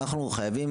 אנחנו חייבים,